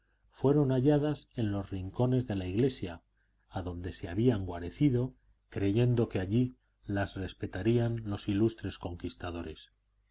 fueron halladas en los rincones de la iglesia adonde se habían guarecido creyendo que allí las respetarían los ilustres conquistadores